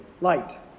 light